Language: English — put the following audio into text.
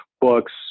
books